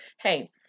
Hey